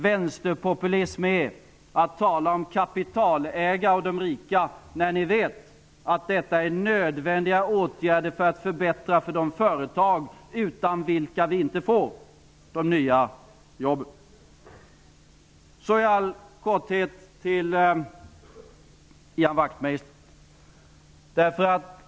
Vänsterpopulism är att tala om kapitalägare och rika, när ni vet att åtgärderna är nödvändiga för att förbättra för de företag utan vilka vi inte får några nya jobb.